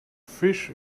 fish